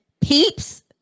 peeps